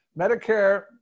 Medicare